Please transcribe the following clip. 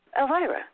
Elvira